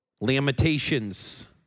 Lamentations